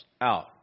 out